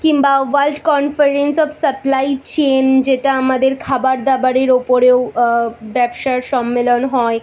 কিংবা world conference of supply chain যেটা আমাদের খাবার দাবারের উপরেও ব্যবসার সম্মেলন হয়